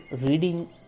reading